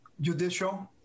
judicial